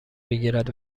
بگیرد